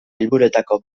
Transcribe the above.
helburuetako